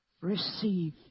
receive